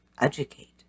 Educate